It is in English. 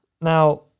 Now